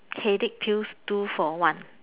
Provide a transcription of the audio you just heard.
headache pills two for one